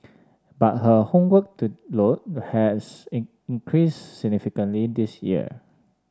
but her homework to load has in increased significantly this year